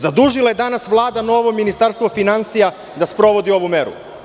Zadužila je danas Vlada novo ministarstva finansija da sprovodi ovu meru.